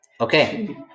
Okay